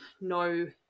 no